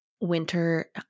winter